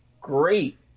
Great